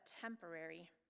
temporary